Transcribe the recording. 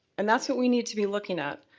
and that's what we need to be looking at.